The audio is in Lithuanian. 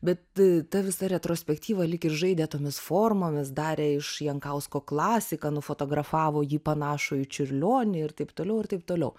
bet ta visa retrospektyva lyg ir žaidė tomis formomis darė iš jankausko klasiką nufotografavo jį panašų į čiurlionį ir taip toliau ir taip toliau